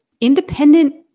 independent